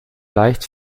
leicht